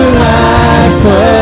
life